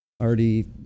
already